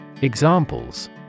Examples